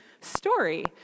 story